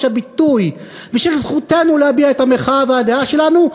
הביטוי ושל זכותנו להביע את המחאה והדעה שלנו,